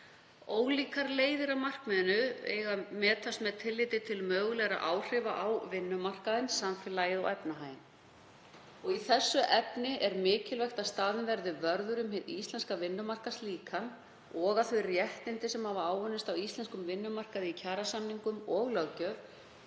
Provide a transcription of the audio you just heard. Ólíkar leiðir að markmiðinu skulu metnar með tilliti til mögulegra áhrifa á vinnumarkað, samfélag og efnahag. Í þessu efni er mikilvægt að staðinn verði vörður um hið íslenska vinnumarkaðslíkan og að þau réttindi sem hafa áunnist á íslenskum vinnumarkaði í kjarasamningum og löggjöf